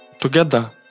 Together